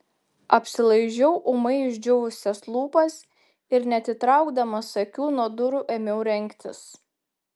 apsilaižiau ūmai išdžiūvusias lūpas ir neatitraukdamas akių nuo durų ėmiau rengtis